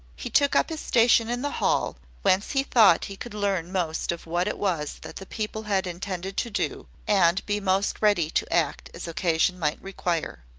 he took up his station in the hall, whence he thought he could learn most of what it was that the people had intended to do, and be most ready to act as occasion might require.